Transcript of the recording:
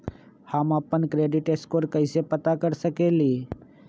हम अपन credit score कैसे पता कर सकेली?